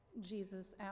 Jesus